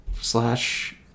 Slash